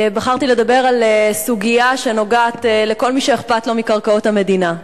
בחרתי לדבר על סוגיה שנוגעת לכל מי שאכפת לו מקרקעות המדינה.